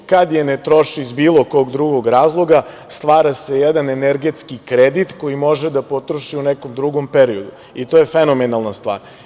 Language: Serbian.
Kad je ne troši iz bilo kog drugog razloga stvara se jedan energetski kredit koji može da potroši u nekom drugom periodu i to je fenomenalna stvar.